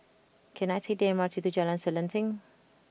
can I take the M R T to Jalan Selanting